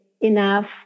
enough